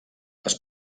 les